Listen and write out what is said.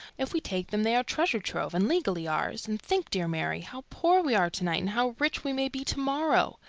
if we take them they are treasure-trove, and legally ours. and think, dear mary, how poor we are to-night, and how rich we may be to-morrow!